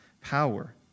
power